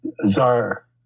Tsar